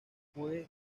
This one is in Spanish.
fue